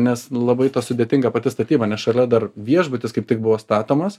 nes nu labai ta sudėtinga pati statyba nes šalia dar viešbutis kaip tik buvo statomas